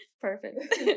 Perfect